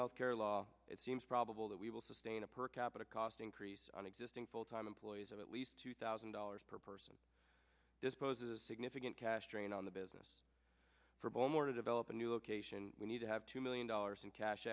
healthcare law it seems probable that we will sustain a per capita cost increase on existing full time employees of at least two thousand dollars per person this poses a significant cash strain on the business for bowmore to develop a new location we need to have two million dollars in cash